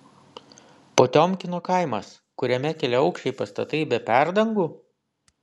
potiomkino kaimas kuriame keliaaukščiai pastatai be perdangų